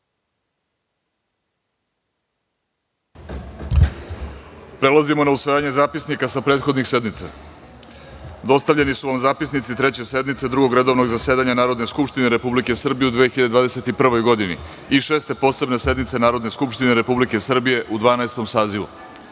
Prelazimo na usvajanje zapisnika sa prethodnih sednica. Dostavljeni su vam zapisnici Treće sednice Drugog redovnog zasedanja Narodne skupštine Republike Srbije u 2021. godini i Šeste Posebne sednice Narodne skupštine Republike Srbije u Dvanaestom